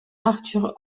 arthur